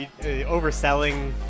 overselling